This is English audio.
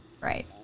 right